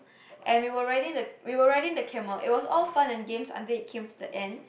and we were riding we were riding the camel it was all fun and games until it came to the end